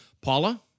Paula